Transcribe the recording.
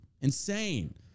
Insane